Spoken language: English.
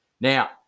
Now